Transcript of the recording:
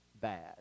bad